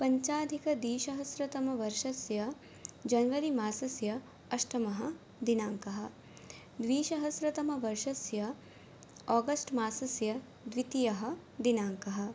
पञ्चाधिकद्विसहस्रतमवर्षस्य जन्वरिमासस्य अष्टमः दिनाङ्कः द्विसहस्रतमवर्षस्य आगस्ट्मासस्य द्वितीयः दिनाङ्कः